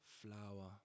flower